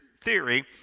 theory